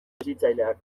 hezitzaileak